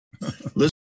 Listen